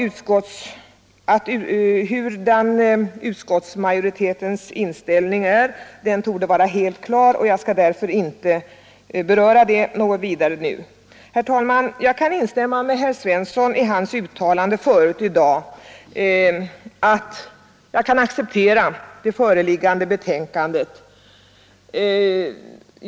Utskottsmajoritetens, däribland min egen, inställning torde vara helt klar, och jag skall därför inte nu beröra den frågan. Herr talman! Jag kan instämma i herr Svenssons i Eskilstuna uttalande förut i dag, att det föreliggande betänkandet kan accepteras.